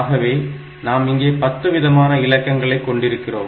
ஆகவே நாம் இங்கே பத்து விதமான இலக்கங்களை கொண்டிருக்கிறோம்